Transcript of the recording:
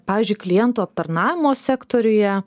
pavyzdžiui klientų aptarnavimo sektoriuje